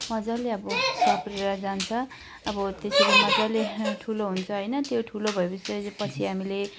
मजाले अब सप्रिएर जान्छ अब त्यसरी मजाले ठुलो हुन्छ होइन त्यो ठुलो भएपछि पछि हामीले